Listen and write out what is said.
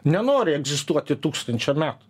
nenori egzistuoti tūkstančio metų